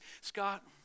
Scott